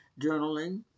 Journaling